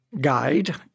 guide